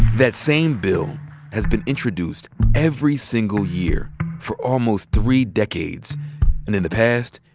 that same bill has been introduced every single year for almost three decades. and in the past,